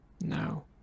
No